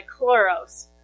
Chloros